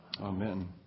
Amen